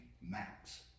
max